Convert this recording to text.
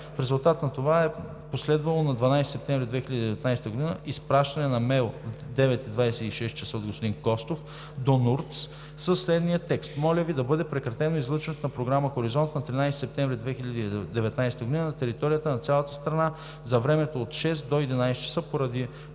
резултат на това е последвало на 12 септември 2019 г. изпращане на имейл в 9,26 ч. от господин Костов до НУРТС със следния текст: „Моля Ви да бъде прекратено излъчването на програма „Хоризонт“ на 13 септември 2019 г. на територията на цялата страна за времето от 6,00 ч. до 11,00 ч., поради